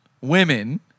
women